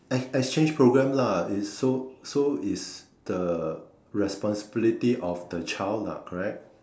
ex exchange program lah is so so is the responsibility of the child lah correct